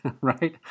right